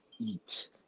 eat